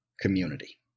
community